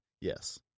Yes